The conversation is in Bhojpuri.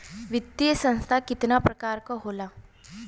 वित्तीय संस्था कितना प्रकार क होला?